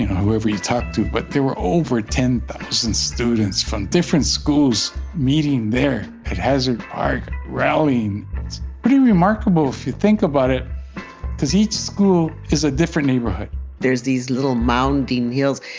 whoever you talk to. but there were over ten thousand students from different schools meeting there at hazard park, rallying. it's pretty remarkable if you think about it because each school is a different neighborhood there's these little mounding hills.